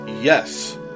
Yes